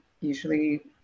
usually